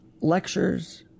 lectures